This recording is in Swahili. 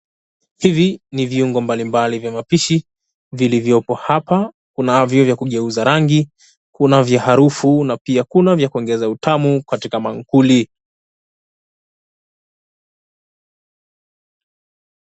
Hivi ni viungo mbalimbali vya mapishi vilivyoko hapa kunavyo vya kugeuza rangi kuna vya harufu kuna vya kuongeza utamu katika maankuli.